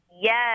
Yes